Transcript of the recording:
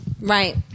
Right